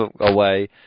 away